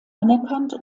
anerkannt